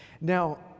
Now